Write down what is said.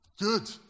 Good